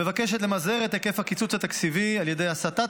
המבקשת למזער את היקף הקיצוץ התקציבי על ידי הסטת